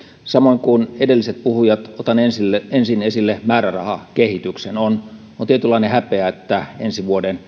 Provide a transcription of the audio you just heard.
samoin kuin edelliset puhujat otan ensin esille määrärahakehityksen on on tietynlainen häpeä että ensi vuoden